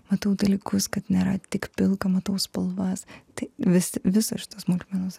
matau dalykus kad nėra tik pilka matau spalvas tai vis visos smulkmenos